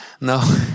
no